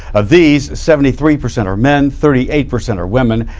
of these seventy three percent are men, thirty eight percent are women.